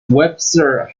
webster